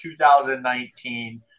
2019